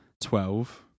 Twelve